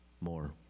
more